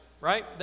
Right